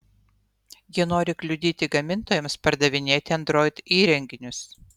jie nori kliudyti gamintojams pardavinėti android įrenginius